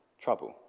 trouble